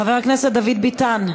חבר הכנסת דוד ביטן.